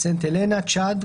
סנט הלנה (בריטניה); צ׳אד,